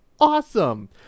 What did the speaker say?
Awesome